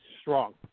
Strong